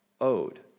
owed